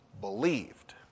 believed